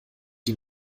die